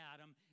Adam